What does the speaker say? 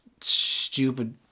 stupid